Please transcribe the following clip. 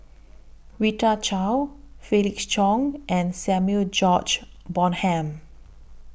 Rita Chao Felix Cheong and Samuel George Bonham